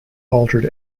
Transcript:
altered